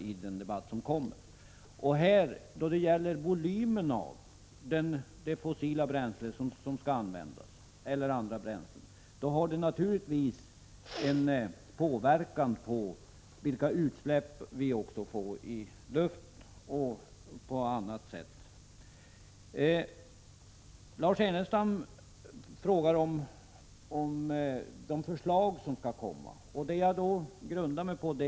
Volymen av de fossila bränslen eller andra bränslen som skall användas påverkar naturligtvis utsläppen i luften. Lars Ernestam frågar vilka förslag som skall läggas fram.